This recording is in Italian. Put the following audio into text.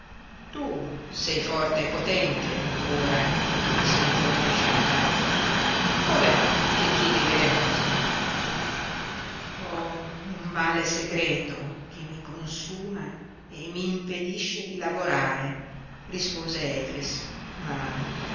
tu sei forte e potente ancora gli disse un giovane sciancato come va che chiedi l'elemosina ho un male segreto che mi consuma e mi impedisce di lavorare rispose efix ma